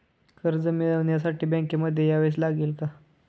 कर्ज मिळवण्यासाठी बँकेमध्ये यावेच लागेल का?